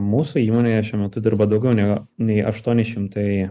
mūsų įmonėje šiuo metu dirba daugiau negu nei aštuoni šimtai